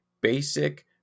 basic